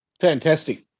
fantastic